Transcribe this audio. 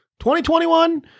2021